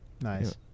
Nice